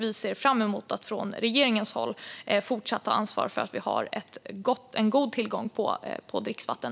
Vi ser fram emot att från regeringens håll fortsätta att ta ansvar för att vi i Sverige har en god tillgång på dricksvatten.